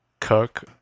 cook